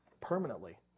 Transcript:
permanently